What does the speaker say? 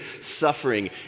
suffering